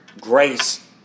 grace